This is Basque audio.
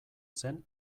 zen